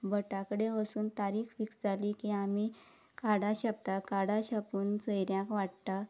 भटा कडेन वसून तारीख फिक्स जाली की आमी कार्डां छापता कार्डां छापून सोयऱ्यांक वाडटा